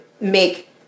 make